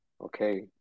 okay